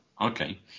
Okay